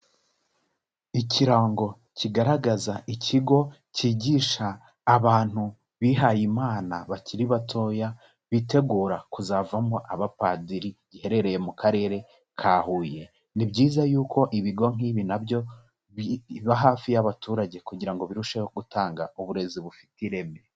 Ikirango kigaragaza ikigo cyigisha abantu bihayimana bakiri batoya bitegura kuzavamo abapadiri, giherereye mu karere ka Huye, ni byiza yuko ibigo nk'ibi na byo biba hafi y'abaturage kugira ngo birusheho gutanga uburezi bufite ireme.